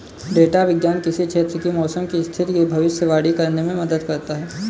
data विज्ञान किसी क्षेत्र की मौसम की स्थिति की भविष्यवाणी करने में मदद करता है